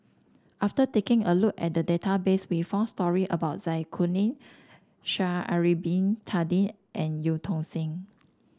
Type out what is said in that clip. after taking a look at the database we found story about Zai Kuning Sha'ari Bin Tadin and Eu Tong Sen